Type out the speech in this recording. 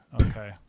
Okay